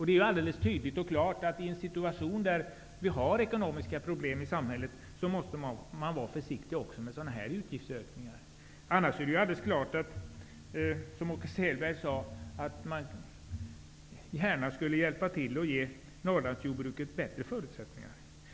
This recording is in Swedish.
Det är ju alldeles tydligt och klart att man måste vara försiktig också med sådana här utgiftsökningar i en situation då vi har ekonomiska problem i samhället. Om vi inte hade haft dessa problem skulle vi ju som Åke Selberg sade gärna hjälpa till och ge Norrlandsjordbruket bättre förutsättningar.